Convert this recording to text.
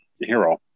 hero